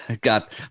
got